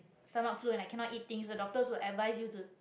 stomach flu and i cannot eat things so the doctors will advise you to